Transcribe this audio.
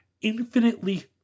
infinitely